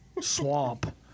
swamp